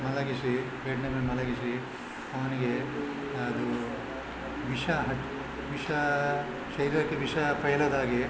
ಮಲಗಿಸಿ ಬೆಡ್ ಮೇಲೆ ಮಲಗಿಸಿ ಅವನಿಗೆ ಅದು ವಿಷ ಹಚ್ ವಿಷ ಶರೀರಕ್ಕೆ ವಿಷ ಫೈಲದಾಗೆ